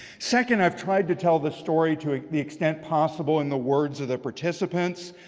second, i've tried to tell the story to ah the extent possible in the words of the participants.